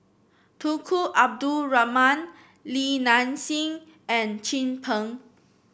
Tunku Abdul Rahman Li Nanxing and Chin Peng